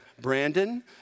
Brandon